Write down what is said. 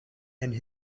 and